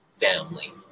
family